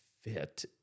fit